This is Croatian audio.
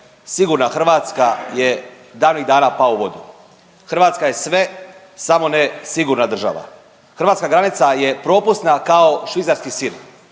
sigurna Hrvatska je davnih dana pao u vodu. Hrvatska je sve, samo ne sigurna država. Hrvatska granica je propusna kao švicarski sir.